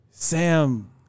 Sam